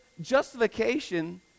justification